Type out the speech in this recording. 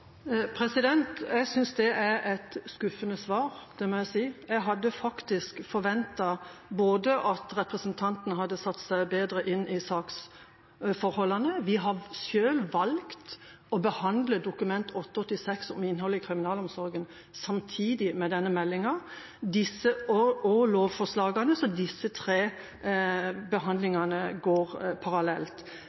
Jeg synes det er et skuffende svar, det må jeg si. Jeg hadde faktisk forventet at representanten hadde satt seg bedre inn i saksforholdene. Vi har selv valgt å behandle Dokument 8:86 S om innhold i kriminalomsorgen samtidig med denne meldinga og lovforslagene. Så disse tre behandlingene går parallelt.